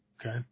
Okay